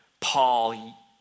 Paul